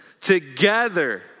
together